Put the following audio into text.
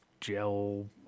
gel